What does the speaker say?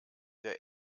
der